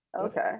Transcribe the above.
Okay